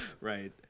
Right